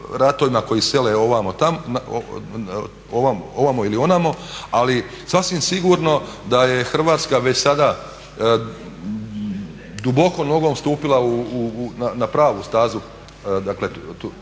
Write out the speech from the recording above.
koji sele ovamo ili onamo ali sasvim sigurno da je Hrvatska već sada duboko nogom stupila na pravu stazu,